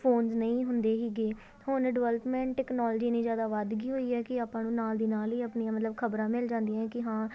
phones ਨਹੀਂ ਹੁੰਦੇ ਸੀਗੇ ਹੁਣ ਡਿਵੈਲਪਮੈਂਟ ਟਕਨੋਲਜੀ ਇੰਨੀ ਜ਼ਿਆਦਾ ਵੱਧ ਗਈ ਹੋਈ ਹੈ ਕਿ ਆਪਾਂ ਨੂੰ ਨਾਲ ਦੀ ਨਾਲ ਹੀ ਆਪਣੀਆਂ ਮਤਲਬ ਖਬਰਾਂ ਮਿਲ ਜਾਂਦੀਆਂ ਕਿ ਹਾਂ